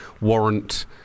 warrant